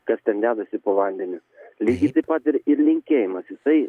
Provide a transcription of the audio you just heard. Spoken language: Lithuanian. kas ten dedasi po vandeniu lygiai taip pat ir ir linkėjimas jisai